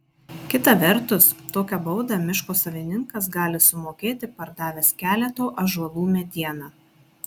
kita vertus tokią baudą miško savininkas gali sumokėti pardavęs keleto ąžuolų medieną